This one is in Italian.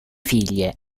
figlie